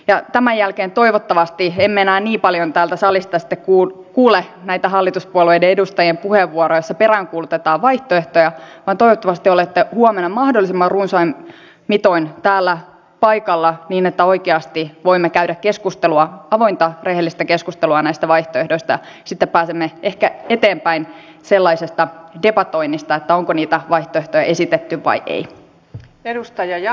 ja tämän jälkeen toivottavasti emme enää niin paljon täältä salista sitten kuule näitä hallituspuolueiden edustajien puheenvuoroja joissa peräänkuulutetaan vaihtoehtoja vaan toivottavasti olette huomenna mahdollisimman runsain mitoin täällä paikalla niin että oikeasti voimme käydä keskustelua avointa rehellistä keskustelua näistä vaihtoehdoista ja sitten pääsemme ehkä eteenpäin sellaisesta debatoinnista että onko niitä vaihtoehtoja esitetty vai ei